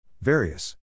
Various